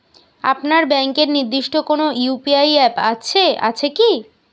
আপনার ব্যাংকের নির্দিষ্ট কোনো ইউ.পি.আই অ্যাপ আছে আছে কি?